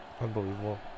Unbelievable